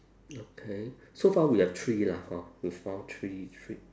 okay so far we have three lah hor we found three three